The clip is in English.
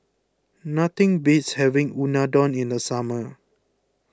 nothing beats having Unadon in the summer